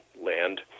land